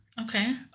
Okay